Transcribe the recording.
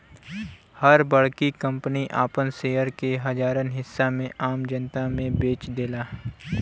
हर बड़की कंपनी आपन शेयर के हजारन हिस्सा में आम जनता मे बेच देला